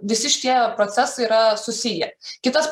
visi šie procesai yra susiję kitas